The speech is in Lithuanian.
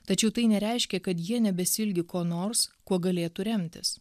tačiau tai nereiškia kad jie nebesiilgi ko nors kuo galėtų remtis